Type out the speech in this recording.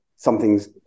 something's